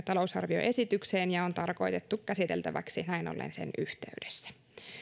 talousarvioesitykseen ja on tarkoitettu käsiteltäväksi näin ollen sen yhteydessä